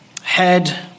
head